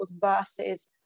versus